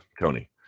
Tony